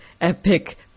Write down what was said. epic